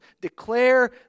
Declare